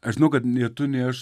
aš žinau kad nė tu nė aš